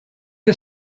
est